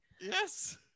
Yes